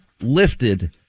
lifted